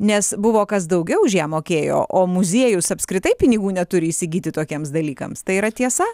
nes buvo kas daugiau už ją mokėjo o muziejus apskritai pinigų neturi įsigyti tokiems dalykams tai yra tiesa